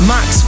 Max